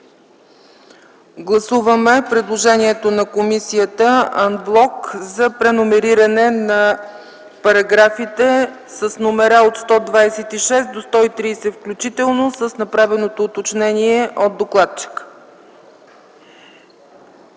Гласуваме ан блок предложението на комисията за преномериране на параграфите с номера от 126 до 130 включително с направеното уточнение от докладчика.